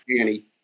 Annie